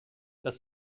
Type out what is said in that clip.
dass